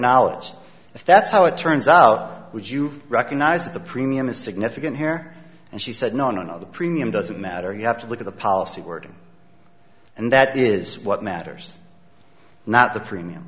knowledge if that's how it turns out would you recognize that the premium is significant here and she said no no no the premium doesn't matter you have to look at the policy wording and that is what matters not the premium